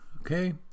Okay